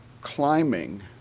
climbing